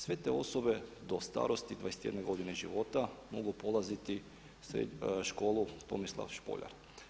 Sve te osobe do starosti 21 godine života mogu polaziti školu Tomislav Špoljar.